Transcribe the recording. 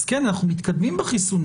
אז כן, אנחנו מתקדמים בחיסונים,